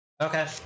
Okay